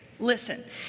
Listen